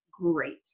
great